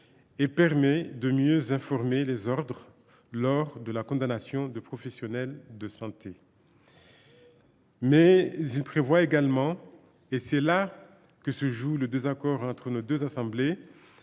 de permettre de mieux informer les ordres lors de la condamnation de professionnels de santé. Il prévoit également – et c’est ce sur quoi porte le désaccord entre les deux assemblées